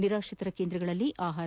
ನಿರಾಶ್ರಿತರ ಕೇಂದ್ರದಲ್ಲಿ ಆಹಾರ